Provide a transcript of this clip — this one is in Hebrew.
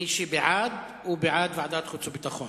מי שבעד, הוא בעד ועדת החוץ והביטחון.